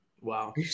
Wow